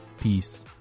Peace